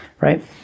right